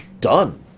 Done